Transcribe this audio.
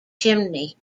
chimney